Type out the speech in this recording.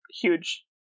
huge